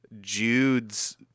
Jude's